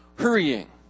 hurrying